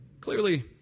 Clearly